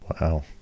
wow